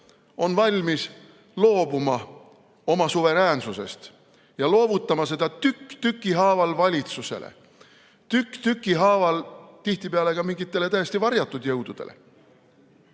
on valmis loobuma oma suveräänsusest ja loovutama seda tükk tüki haaval valitsusele. Tükk tüki haaval tihtipeale ka mingitele täiesti varjatud jõududele.